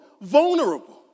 vulnerable